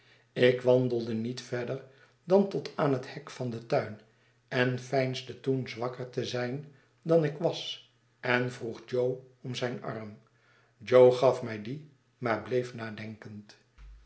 ik wandelde niet verder dan tot aan het hek van den tuin en veinsde toen zwakker te zijn dan ik was en vroeg jo om zijn arm jo gaf mij dien maar bleef nadenkend